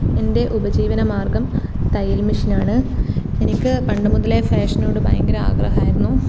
എൻ്റെ ഉപജീവന മാർഗ്ഗം തയ്യൽ മഷീനാണ് എനിക്ക് പണ്ട് മുതലേ ഫേഷനോട് ഭയങ്കര ആഗ്രഹമായിരുന്നു